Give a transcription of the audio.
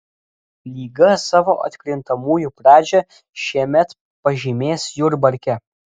lyga savo atkrintamųjų pradžią šiemet pažymės jurbarke